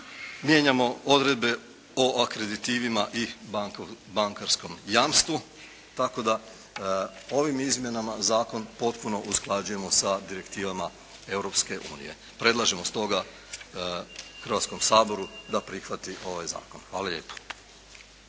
Mijenjamo odredbe o akreditivima i bankarskom jamstvu tako da ovim izmjenama zakon potpuno usklađujemo sa direktivama Europske unije. Predlažemo stoga Hrvatskom saboru da prihvati ovaj zakon. Hvala lijepo.